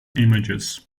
images